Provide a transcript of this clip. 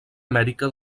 amèrica